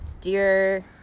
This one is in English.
Dear